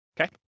Okay